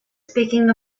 speaking